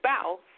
spouse